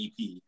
EP